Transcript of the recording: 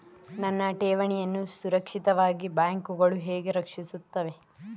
ನನ್ನ ಠೇವಣಿಯನ್ನು ಸುರಕ್ಷಿತವಾಗಿ ಬ್ಯಾಂಕುಗಳು ಹೇಗೆ ರಕ್ಷಿಸುತ್ತವೆ?